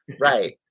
Right